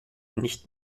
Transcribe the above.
nicht